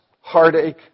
heartache